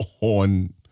on